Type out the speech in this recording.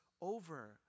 over